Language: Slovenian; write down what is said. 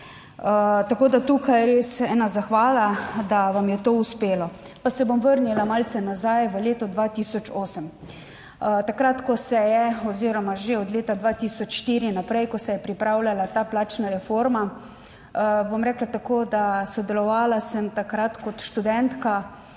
Tako, da tukaj je res ena zahvala, da vam je to uspelo. Pa se bom vrnila malce nazaj v leto 2008, takrat ko se je, oziroma že od leta 2004 naprej, ko se je pripravljala ta plačna reforma. Bom rekla tako, da sodelovala sem takrat kot študentka